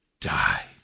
die